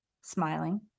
smiling